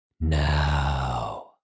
now